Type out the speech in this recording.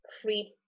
creep